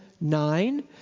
nine